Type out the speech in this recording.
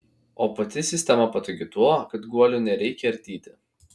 o pati sistema patogi tuo kad guolių nereikia ardyti